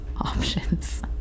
options